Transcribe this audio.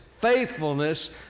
faithfulness